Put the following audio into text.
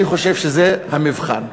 אני חושב שזה המבחן,